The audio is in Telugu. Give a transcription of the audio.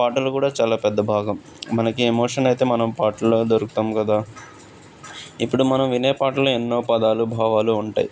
పాటలు కూడా చాలా పెద్ద భాగం మనకి ఎమోషన్ అయితే మనం పాటల్లో దొరుకుతాము కదా ఇప్పుడు మనం వినే పాటలు ఎన్నో పదాలు భావాలు ఉంటాయి